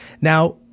Now –